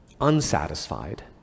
unsatisfied